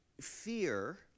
fear